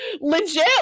legit